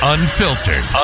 Unfiltered